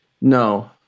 No